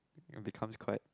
it becomes quite